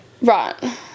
Right